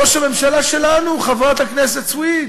ראש הממשלה שלנו, חברת הכנסת סויד,